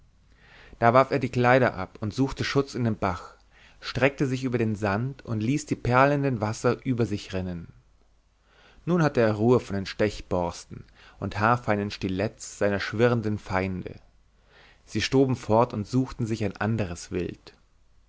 da warf er die kleider ab und suchte schutz in dem bach streckte sich über den sand und ließ die perlenden wasser über sich rinnen nun hatte er ruhe vor den stechborsten und haarfeinen stiletts seiner schwirrenden feinde sie stoben fort und suchten sich ein anderes wild